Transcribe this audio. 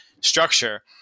structure